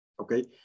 Okay